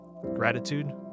gratitude